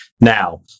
now